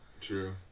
True